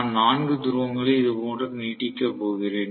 நான் 4 துருவங்களை இதுபோன்று நீட்டிக்கப் போகிறேன்